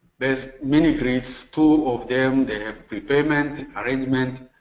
based mini grids, two of them them have prepayment arrangements,